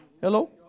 Hello